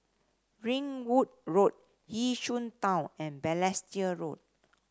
Ringwood Road Yishun Town and Balestier Road